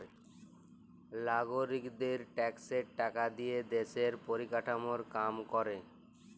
লাগরিকদের ট্যাক্সের টাকা দিয়া দ্যশের পরিকাঠামর কাম ক্যরে